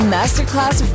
Masterclass